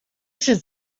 should